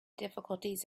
difficulties